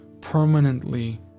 permanently